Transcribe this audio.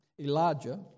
Elijah